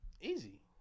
Easy